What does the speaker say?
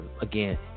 again